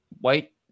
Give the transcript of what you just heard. white